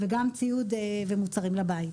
וגם ציוד ומוצרים לבית.